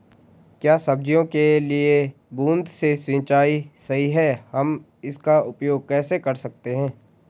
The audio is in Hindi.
क्या सब्जियों के लिए बूँद से सिंचाई सही है हम इसका उपयोग कैसे कर सकते हैं?